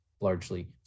largely